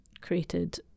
created